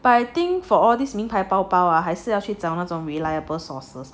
but I think for all these 名牌包包啊还是要去找那种 reliable sources